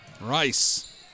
Rice